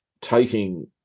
taking